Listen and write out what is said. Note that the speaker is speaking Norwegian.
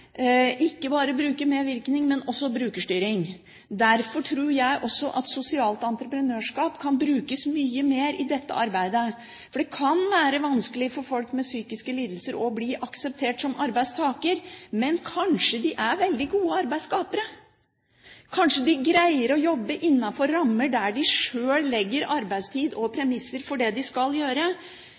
ikke bare brukermedvirkning, men også brukerstyring. Derfor tror jeg også at sosialt entreprenørskap kan brukes mye mer i dette arbeidet. Det kan være vanskelig for folk med psykiske lidelser å bli akseptert som arbeidstakere, men kanskje er de veldig gode arbeidsskapere. Kanskje greier de å jobbe innenfor rammer der de sjøl bestemmer arbeidstid og legger premisser for det de skal gjøre,